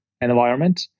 environment